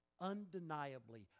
Undeniably